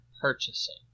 purchasing